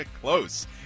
close